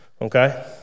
okay